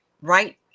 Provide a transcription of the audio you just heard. Right